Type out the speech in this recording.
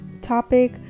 topic